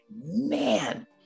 man